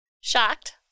Shocked